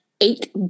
eight